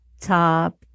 top